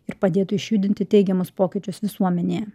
ir padėtų išjudinti teigiamus pokyčius visuomenėje